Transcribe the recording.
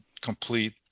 complete